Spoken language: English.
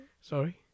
Sorry